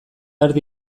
erdi